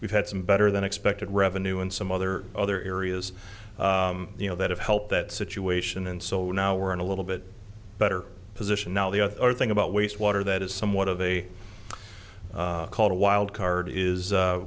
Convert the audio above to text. we've had some better than expected revenue in some other other areas you know that have helped that situation and so now we're in a little bit better position now the other thing about wastewater that is somewhat of a called a wild card is